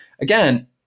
again